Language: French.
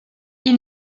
ils